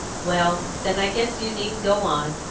well, then, i guess you needn't go on.